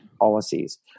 policies